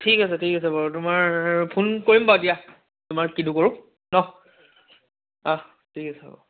ঠিক আছে ঠিক আছে বাৰু তোমাৰ ফোন কৰিম বাৰু দিয়া তোমাৰ কিটো কৰোঁ ন অহ ঠিক আছে